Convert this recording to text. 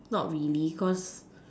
not really cause